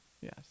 Yes